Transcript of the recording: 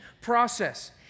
process